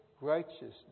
righteousness